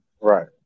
Right